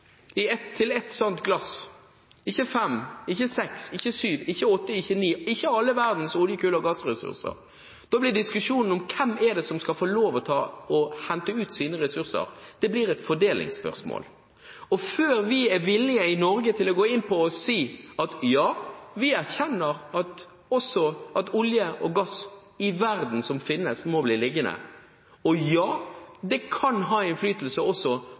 til ett sånt glass – ikke fem, ikke seks, ikke syv, ikke åtte, ikke ni, ikke alle verdens olje-, kull- og gassressurser – blir diskusjonen om hvem det er som skal få lov til å hente ut sine ressurser, et fordelingsspørsmål. Før vi i Norge er villige til å gå inn i dette og si, ja, vi erkjenner også at det finnes olje og gass i verden som må bli liggende, og ja, det kan ha innflytelse også